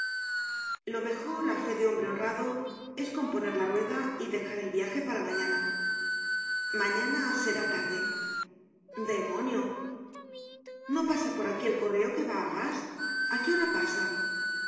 lo mejor áfe de hombre honrado es componer la rueda y dejar el viaje para mañana mañana será tarde demonio no pasa por aquí el correo que va arras a qué hora pasa